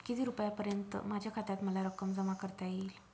किती रुपयांपर्यंत माझ्या खात्यात मला रक्कम जमा करता येईल?